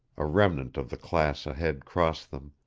a remnant of the class ahead crossed them